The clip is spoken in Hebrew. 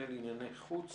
לענייני חוץ